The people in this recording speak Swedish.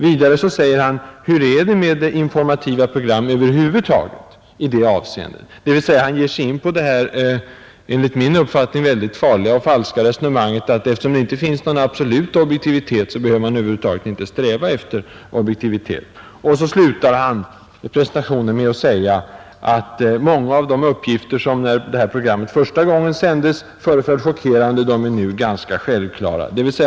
Vidare säger han: Hur är det med informativa program över huvud taget i detta avseende? — dvs. han ger sig in på det enligt min uppfattning väldigt farliga och falska resonemanget att eftersom det inte finns någon absolut objektivitet, behöver man över huvud taget inte sträva efter objektivitet. Sedan slutar han presentationen med att säga att många av de uppgifter som när programmet första gången sändes verkade chockerande nu är ganska självklara.